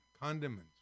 Condiments